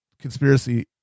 conspiracy